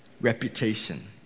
reputation